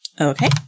Okay